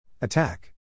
Attack